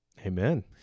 Amen